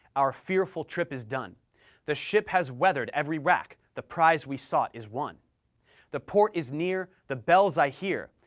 our fearful trip is done the ship has weather'd every rack, the prize we sought is won the port is near, the bells i hear,